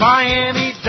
Miami